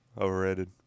overrated